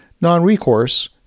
Non-recourse